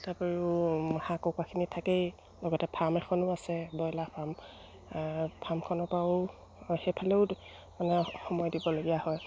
তাৰ উপৰিও হাঁহ কুকুৰাখিনি থাকেই লগতে ফাৰ্ম এখনো আছে ব্ৰইলাৰ ফাৰ্ম ফাৰ্মখনৰ পৰাও সেইফালেও মানে সময় দিবলগীয়া হয়